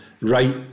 right